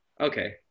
Okay